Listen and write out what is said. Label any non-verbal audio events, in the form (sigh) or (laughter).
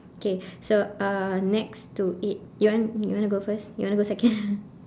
okay so uh next to it you want you want to go first you want to go second (laughs)